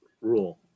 rule